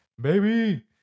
baby